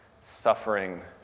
suffering